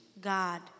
God